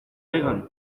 pegan